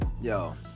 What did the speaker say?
Yo